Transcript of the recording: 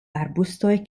arbustoj